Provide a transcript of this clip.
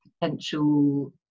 potential